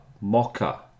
Mocha